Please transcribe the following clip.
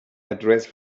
address